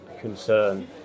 concern